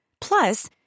Plus